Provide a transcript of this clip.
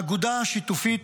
אגודה שיתופית,